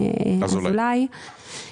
לדואר ישראל יש הרבה נכסים.